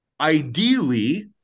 ideally